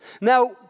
Now